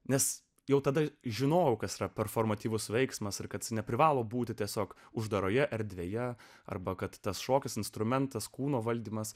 nes jau tada žinojau kas yra performatyvus veiksmas ir kad neprivalo būti tiesiog uždaroje erdvėje arba kad tas šokis instrumentas kūno valdymas